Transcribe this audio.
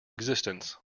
existence